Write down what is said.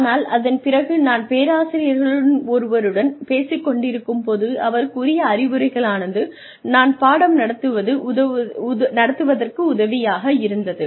ஆனால் அதன் பிறகு நான் பேராசிரியர்களில் ஒருவருடன் பேசிக் கொண்டிருக்கும் போது அவர் கூறிய அறிவுரைகளானது நான் பாடம் நடத்துவத்கு உதவியாக இருந்தது